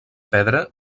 pedra